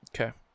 Okay